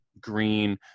Green